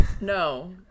No